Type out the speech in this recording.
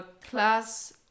class